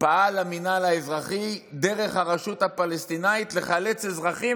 פעל המינהל האזרחי דרך הרשות הפלסטינית לחלץ אזרחים,